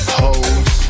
hoes